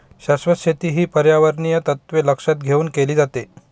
शाश्वत शेती ही पर्यावरणीय तत्त्वे लक्षात घेऊन केली जाते